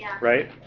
Right